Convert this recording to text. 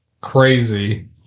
crazy